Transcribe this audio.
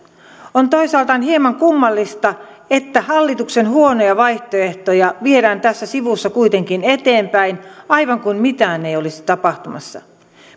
on toisaalta hieman kummallista että hallituksen huonoja vaihtoehtoja viedään tässä sivussa kuitenkin eteenpäin aivan kuin mitään ei olisi tapahtumassa